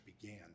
began